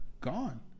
gone